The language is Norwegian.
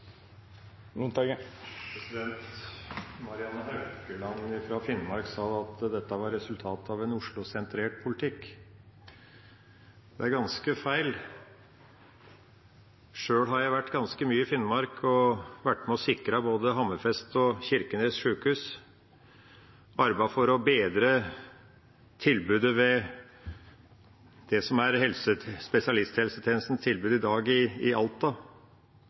Marianne Haukland fra Finnmark sa at dette var resultatet av en Oslo-sentrert politikk. Det er ganske feil. Sjøl har jeg vært ganske mye i Finnmark og vært med og sikret både Hammerfest sykehus og Kirkenes sykehus, arbeidet for å bedre det som er spesialisthelsetjenestens tilbud i dag i Alta,